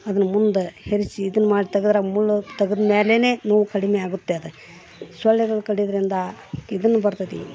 ಅದನ್ನು ಮುಂದೆ ಹೆರೆಚಿ ಇದನ್ನು ಮಾಡಿ ತೆಗೆದ್ರ ಮುಳ್ಳು ತೆಗದಮೇಲೇನೇ ನೋವ್ ಕಡಿಮೆಯಾಗುತ್ತೆ ಅದು ಸೊಳ್ಳೆಗಳು ಕಡಿಯೋದ್ರಿಂದ ಇದನ್ನು ಬರ್ತದೆ